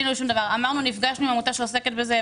אמרנו שנפגשנו עם עמותה שעוסקת בזה.